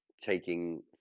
taking